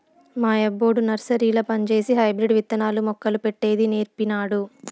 మా యబ్బొడు నర్సరీల పంజేసి హైబ్రిడ్ విత్తనాలు, మొక్కలు పెట్టేది నీర్పినాడు